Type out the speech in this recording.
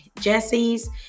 Jesse's